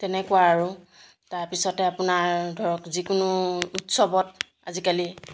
তেনেকুৱা আৰু তাৰপিছতে আপোনাৰ ধৰক যিকোনো উৎসৱত আজিকালি